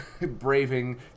braving